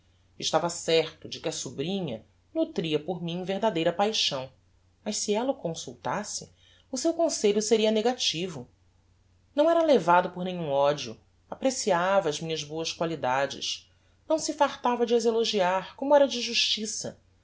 estava certo de que a sobrinha nutria por mim verdadeira paixão mas se ella o consultasse o seu conselho seria negativo não era levado por nenhum odio apreciava as minhas bôas qualidades não se fartava de as elogiar como era de justiça